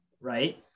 Right